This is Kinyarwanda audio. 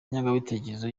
ingengabitekerezo